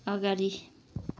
अगाडि